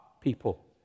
people